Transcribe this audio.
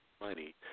money